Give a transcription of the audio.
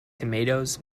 tomatoes